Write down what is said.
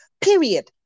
Period